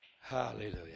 Hallelujah